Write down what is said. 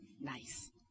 nice